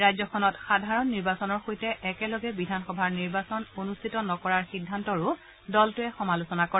ৰাজ্যখনত সাধাৰণ নিৰ্বাচনৰ সৈতে একেলগে বিধানসভাৰ নিৰ্বাচন অনুষ্ঠিত নকৰাৰ সিদ্ধান্তৰো দলটোৱে সমালোচনা কৰে